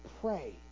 pray